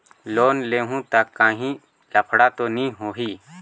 Loan लेहूं ता काहीं लफड़ा तो नी होहि?